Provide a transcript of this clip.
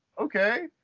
okay